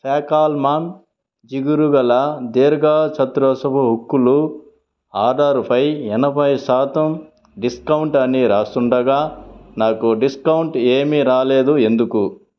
ఫ్యాకల్మాన్ జిగురు గల దీర్ఘ చతురస్రపు హుక్కులు ఆర్డరుపై ఎనభై శాతం డిస్కౌంట్ అని రాసుండగా నాకు డిస్కౌంట్ ఏమీ రాలేదు ఎందుకు